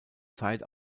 zeit